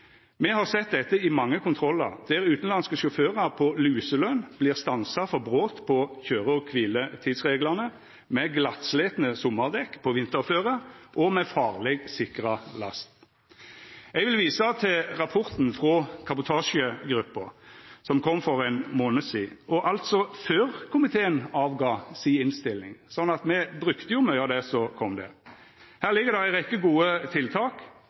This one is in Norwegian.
Me har sett dette i mange kontrollar, der utanlandske sjåførar på luseløn vert stansa for brot på køyre- og kviletidsreglane, med glattslitne sommardekk på vinterføre og med farleg sikra last. Eg vil visa til rapporten frå kabotasjegruppa, som kom for ein månad sidan – altså før komiteen kom med si innstilling, slik at me har brukt mykje av det som kom der. Her ligg det ei rekke gode tiltak